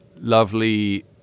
lovely